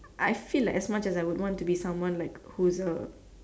I feel like as much as I would want to be someone like who is a